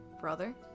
brother